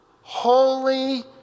holy